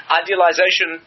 idealization